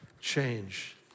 change